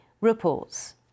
reports